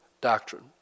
doctrine